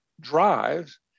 drives